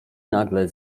nagle